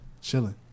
chilling